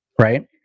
right